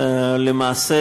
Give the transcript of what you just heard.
למעשה,